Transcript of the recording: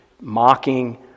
mocking